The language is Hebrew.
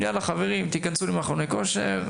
חברים, תיכנסו למכוני כושר.